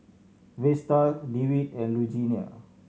Vesta Dewitt and Lugenia